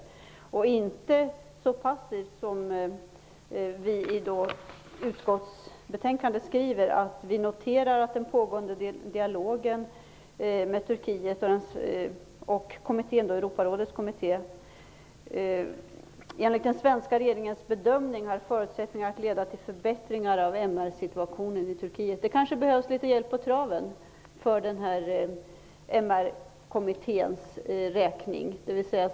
Det bör inte göras så passivt som i utskottsbetänkandet, där vi skriver att vi noterar att den pågående dialogen mellan Turkiet och Europarådets kommitté enligt den svenska regeringens bedömning har förutsättningar att leda till förbättringar av MR-situationen i MR-kommittén kanske behöver litet hjälp på traven.